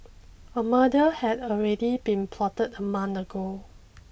a murder had already been plotted a month ago